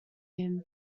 him